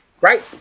Right